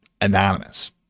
anonymous